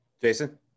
Jason